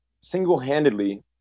single-handedly